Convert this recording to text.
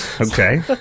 Okay